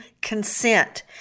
consent